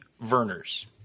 Verner's